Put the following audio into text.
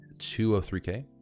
203K